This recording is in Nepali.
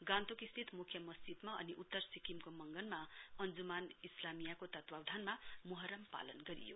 गान्तोक स्थित मुख्य मस्जिदमा अनि उत्तर सिक्किमको मंगनमा इस्ला भिलायो तत्वावधानमा मोहर्रम पालन गरियो